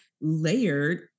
layered